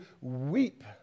weep